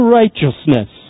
righteousness